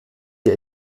der